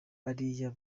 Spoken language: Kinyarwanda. bariya